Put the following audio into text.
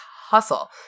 hustle